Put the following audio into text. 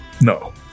No